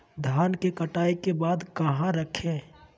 धान के कटाई के बाद कहा रखें?